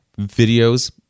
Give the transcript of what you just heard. videos